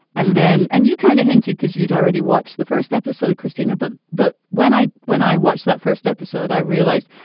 and then and you kind of hinted because you'd already watched the first episode, christina but but when i when i watch that first episode, i realized,